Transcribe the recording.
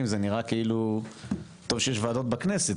זה נראה כאילו טוב שיש ועדות בכנסת,